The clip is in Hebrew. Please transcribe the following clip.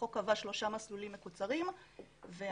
החוק קבע שלושה מסלולים מקוצרים ואנחנו